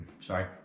Sorry